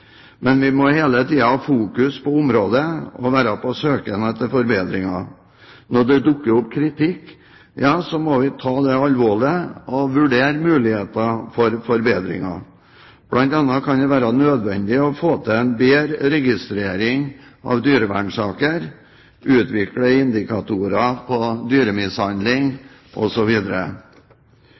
Men vi må hele tiden ha fokus på området, og være på søken etter forbedringer. Når det dukker opp kritikk, ja, så må vi ta det alvorlig og vurdere muligheter for forbedringer. Det kan bl.a. være nødvendig å få til en bedre registrering av dyrevernsaker, utvikle indikatorer på dyremishandling